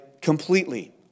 completely